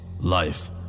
life